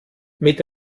mit